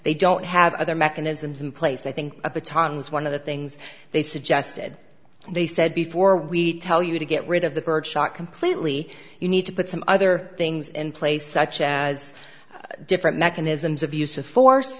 they don't have other mechanisms in place i think at the tongs one of the things they suggested they said before we tell you to get rid of the birdshot completely you need to put some other things in place such as different mechanisms of use of force